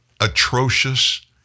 atrocious